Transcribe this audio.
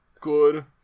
Good